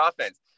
offense